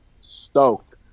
stoked